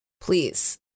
Please